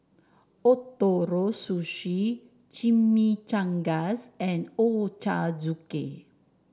Ootoro Sushi Chimichangas and Ochazuke